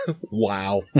Wow